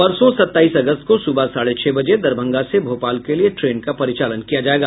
परसों सत्ताईस अगस्त को सुबह साढ़े छह बजे दरभंगा से भोपाल के लिये ट्रेन का परिचालन किया जायेगा